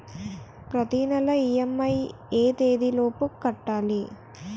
ప్రతినెల ఇ.ఎం.ఐ ఎ తేదీ లోపు కట్టాలి?